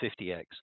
50x